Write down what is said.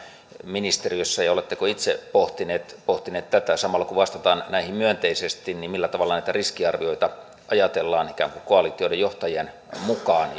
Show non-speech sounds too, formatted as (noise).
ministeriössä pohdittu ja oletteko itse pohtineet pohtineet tätä että samalla kun vastataan näihin myönteisesti niin millä tavalla näitä riskiarvioita ajatellaan ikään kuin koalitioiden johtajien mukaan (unintelligible)